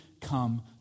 come